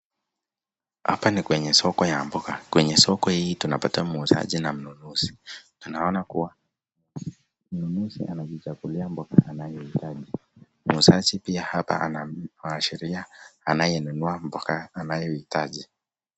Hapa ni kwenye soko ya mboga. Kwenye soko hii tunapata muuzaji na mnunuzi. Tunaona kuwa mnunuzi anajichagulia mboga anayohitaji. Muuzaji pia hapa anamuashiria anayenunua mboga anayohitaji.